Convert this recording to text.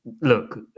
look